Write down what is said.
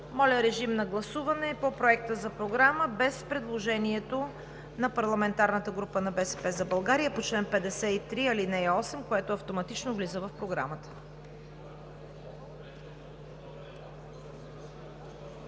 Моля, режим на гласуване по Проекта за програмата без предложението на парламентарната група на „БСП за България“ по чл. 53, ал. 8, което автоматично влиза в нея.